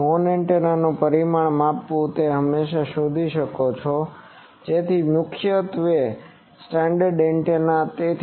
તેથી હોર્નનું પરિમાણ માપવાનું તમે હંમેશાં શોધી શકો છો જેથી આ મુખ્યત્વે સ્ટાન્ડરડ એન્ટેના છે